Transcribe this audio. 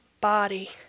body